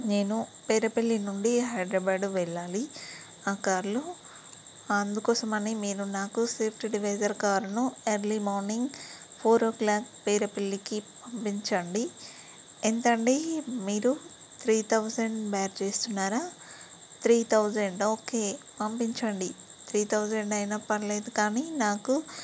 నేను పేరుపల్లి నుండి హైడ్రాబ్యాడ్ వెళ్లాలి ఆ కారులో అందుకోసం అనే మీరు నాకు సిఫ్ట్ డివైసర్ కారును early morning four o'clock పేరుపల్లికి పంపించండి ఎంత అండి మీరు త్రి థౌసండ్ బేర్ చేస్తున్నారా త్రి థౌసండ్ ఓకే పంపించండి త్రి థౌసండ్ అయినా పర్లేదు కానీ నాకు